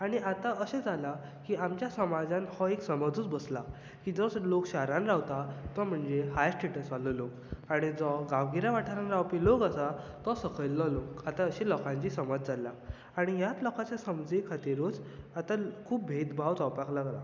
आनी आता अशें जाला की आमच्या समाजान हो एक समजूच बसला की जो लोक शारांत रावता तो म्हणजे हाय स्टेटस वालो लोक आनी जो गांवगिऱ्या वाठारांत रावपी लोक आसा तो सकयल्लो लोक आतां लोकांची अशी समज जाल्या आनी ह्याच लोकाच्या समजे खातीरूच आतां खूब भेदभाव जावपाक लागला